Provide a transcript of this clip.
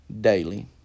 daily